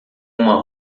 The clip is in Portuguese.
uma